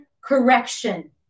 correction